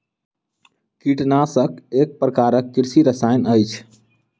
कीटनाशक एक प्रकारक कृषि रसायन अछि